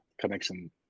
connection